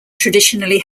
traditionally